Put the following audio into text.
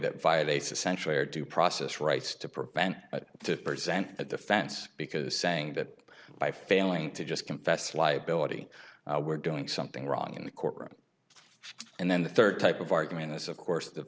that violates essentially or due process rights to prevent to present a defense because saying that by failing to just confess liability we're doing something wrong in the courtroom and then the third type of argument is of course the